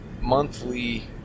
monthly